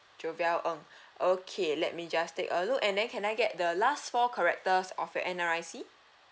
jovia ng okay let me just take a look and then can I get the last four characters of your N_R_I_C